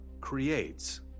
creates